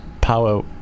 Power